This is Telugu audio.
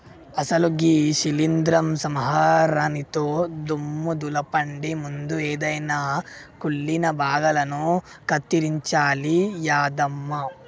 అసలు గీ శీలింద్రం సంహరినితో దుమ్ము దులపండి ముందు ఎదైన కుళ్ళిన భాగాలను కత్తిరించాలి యాదమ్మ